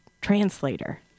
translator